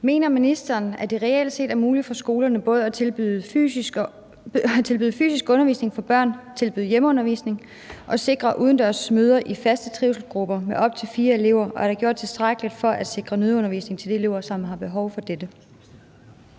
Mener ministeren, at det reelt set er muligt for skolerne både at tilbyde fysisk undervisning for børn, tilbyde hjemmeundervisning og sikre udendørs møder i faste trivselsgrupper med op til fire elever, og er der gjort tilstrækkeligt for at sikre nødundervisning til de elever, som har behov for dette?